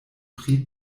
pri